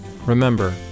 Remember